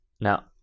Now